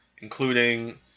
including